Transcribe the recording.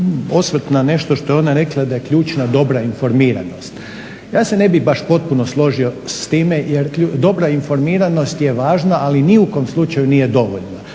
nešto što je ona rekla da je ključna dobra informiranost. Ja se ne bih baš potpuno složio s time, jer dobra informiranost je važna, ali ni u kom slučaju nije dovoljna.